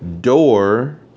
door